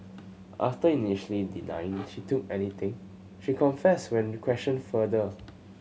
after initially denying she took anything she confessed when questioned further